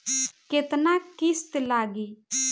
केतना किस्त लागी?